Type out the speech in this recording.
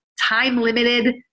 time-limited